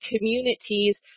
communities